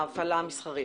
מאז ההפעלה המסחרית?